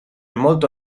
molto